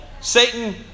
Satan